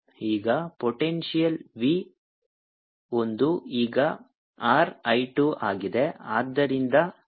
ಈಗ potential V ಒಂದು ಈಗ R I 2 ಆಗಿದೆ